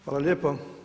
Hvala lijepo.